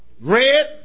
Red